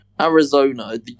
Arizona